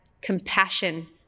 compassion